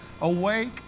awake